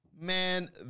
Man